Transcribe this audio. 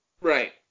Right